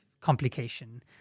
complication